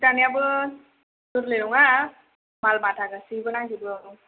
सि दानायाबो गोरलै नङा माल माथा गासैबो नांजोबगौ